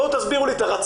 בואו תסבירו לי את הרציונל